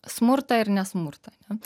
smurtą ir ne smurtą